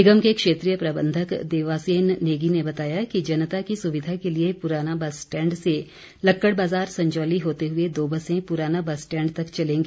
निगम के क्षेत्रीय प्रबंधक देवासेन नेगी ने बताया कि जनता की सुविधा के लिए पुराना बस स्टैंड से लक्कड़ बाजार संजौली होते हुए दो बसें पुराना बस स्टैंड तक चलेंगी